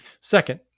Second